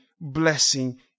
Blessing